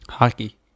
Hockey